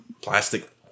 plastic